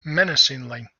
menacingly